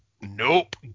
nope